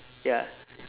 ya